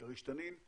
כריש תנין,